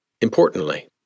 Importantly